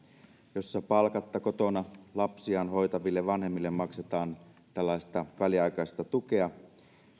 jossa palkatta kotona lapsiaan hoitaville vanhemmille maksetaan tällaista väliaikaista tukea